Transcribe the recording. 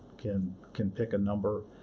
can can pick a number,